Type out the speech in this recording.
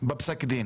בפסק הדין